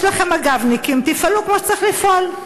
יש לכם מג"בניקים, תפעלו כמו שצריך לפעול.